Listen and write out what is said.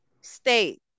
state